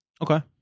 okay